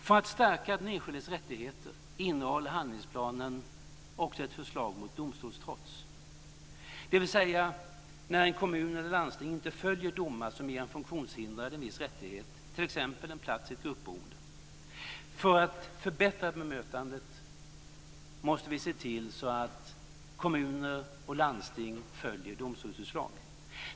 För att stärka den enskildes rättigheter innehåller handlingsplanen också ett förslag mot domstolstrots, dvs. när en kommun eller ett landsting inte följer domar som ger en funktionshindrad en viss rättighet, t.ex. en plats i ett gruppboende. För att förbättra bemötandet måste vi se till att kommuner och landsting följer domstolsutslag.